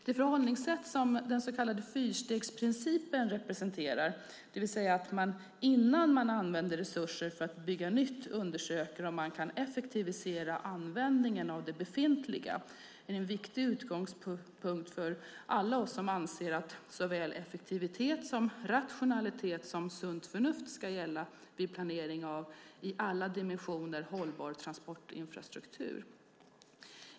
Det förhållningssätt som den så kallade fyrstegsprincipen representerar, det vill säga att man innan man använder resurser för att bygga nytt undersöker om man kan effektivisera användningen av det befintliga, är en viktig utgångspunkt för alla oss som anser att såväl effektivitet och rationalitet som sunt förnuft ska gälla vid planering av i alla dimensioner hållbar transportinfrastruktur.